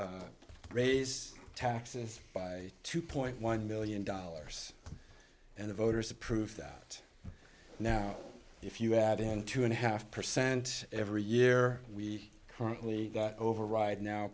raise taxes by two point one million dollars and the voters approved that now if you add in two and a half percent every year we currently got over right now